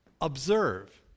observe